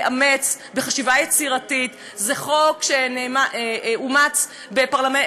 לכן אני אומר שזה חוק, דוד, שהוא פרסונלי.